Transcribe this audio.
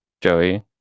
Joey